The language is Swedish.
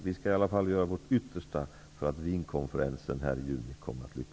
Vi skall göra vårt yttersta för att Wienkonferensen i juni kommer att lyckas.